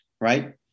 right